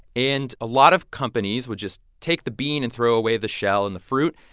and a lot of companies would just take the bean and throw away the shell and the fruit.